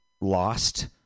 lost